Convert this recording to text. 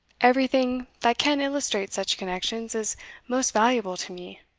everything that can illustrate such connections is most valuable to me.